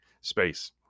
space